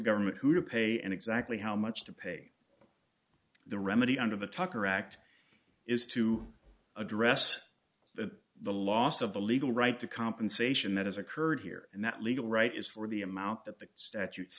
government who to pay and exactly how much to pay the remedy under the tucker act is to address that the loss of the legal right to compensation that has occurred here and that legal right is for the amount that the statutes